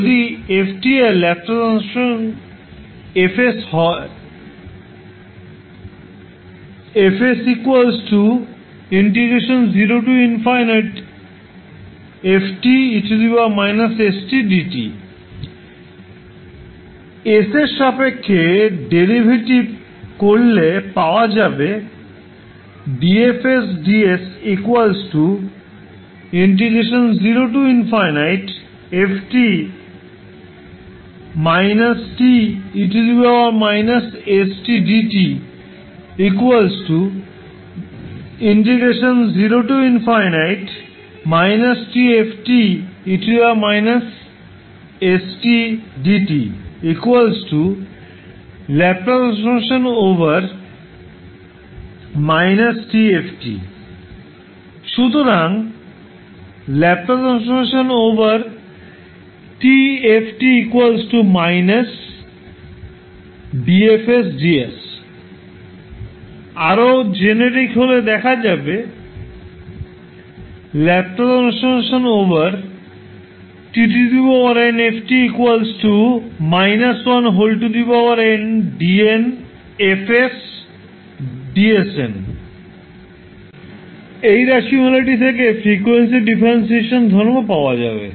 যদি f এর Laplace transform F হলে ∞ 𝐹𝑠 ∫ 𝑓𝑡𝑒−𝑠𝑡𝑑𝑡 0 s এর সাপেক্ষে ডেরিভেটিভ করলে পাওয়া যাবে সুতরাং আরও জেনেরিক হলে লেখা যাবে এই রাশিমালাটি থেকে ফ্রিকোয়েন্সি ডিফারেন্সিয়েশান ধর্ম পাওয়া যাবে